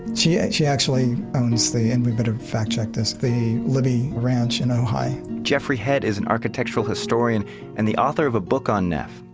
she ah she actually owns the, and we better fact-check this, the libbey ranch in ojai jeffrey head is an architectural historian and the author of a book on neff.